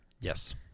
Yes